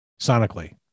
sonically